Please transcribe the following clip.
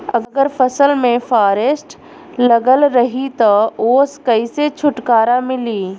अगर फसल में फारेस्ट लगल रही त ओस कइसे छूटकारा मिली?